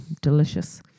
delicious